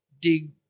dig